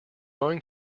going